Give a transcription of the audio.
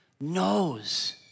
knows